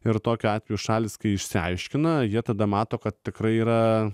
ir tokiu atveju šalys kai išsiaiškina jie tada mato kad tikrai yra